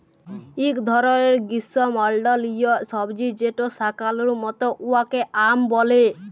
ইক ধরলের গিস্যমল্ডলীয় সবজি যেট শাকালুর মত উয়াকে য়াম ব্যলে